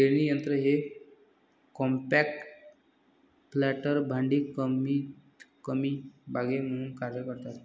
पेरणी यंत्र हे कॉम्पॅक्ट प्लांटर भांडी कमीतकमी बागे म्हणून कार्य करतात